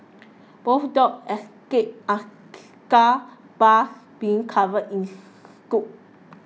both dogs escaped unscathed bars being covered in soot